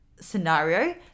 scenario